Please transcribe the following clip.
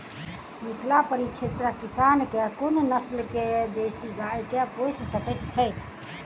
मिथिला परिक्षेत्रक किसान केँ कुन नस्ल केँ देसी गाय केँ पोइस सकैत छैथि?